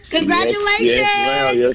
Congratulations